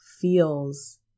feels